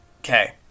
Okay